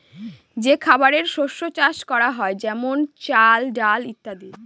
যে খাবারের শস্য চাষ করা হয় যেমন চাল, ডাল ইত্যাদি